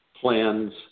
plans